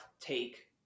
take